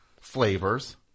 Flavors